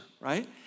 right